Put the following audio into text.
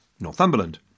Northumberland